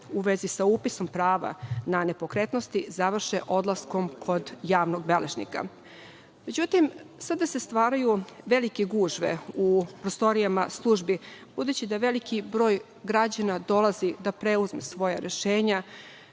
u vezi sa upisom prava na nepokretnosti završe odlaskom kod javnog beležnika.Međutim, sada se stvaraju velike gužve u prostorijama službi, budući da veliki broj građana dolazi da preuzmu svoja rešenja,